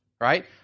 right